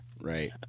Right